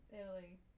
Italy